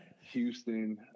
houston